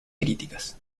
críticas